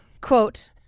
Quote